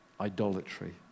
idolatry